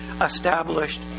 established